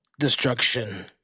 destruction